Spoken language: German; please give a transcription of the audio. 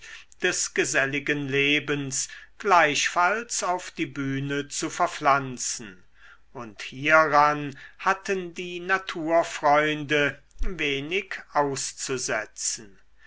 des geselligen lebens gleichfalls auf die bühne zu verpflanzen und hieran hatten die naturfreunde wenig auszusetzen